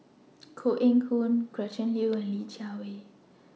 Koh Eng Hoon Gretchen Liu and Li Jiawei